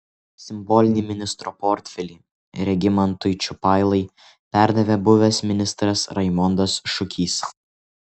simbolinį ministro portfelį regimantui čiupailai perdavė buvęs ministras raimondas šukys